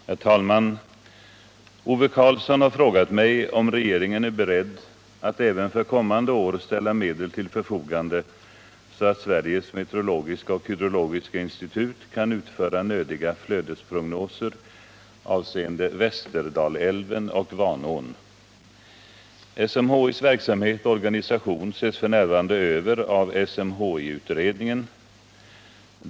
207, och anförde: Herr talman! Ove Karlsson har frågat mig om regeringen är beredd att även för kommande år ställa medel till förfogande så att Sveriges meteorologiska och hydrologiska institut kan utföra nödiga flödesprognoser avseende Västerdalälven och Vanån. SMHI:s verksamhet och organisation ses f. n. över av SMHI-utredningen .